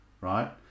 Right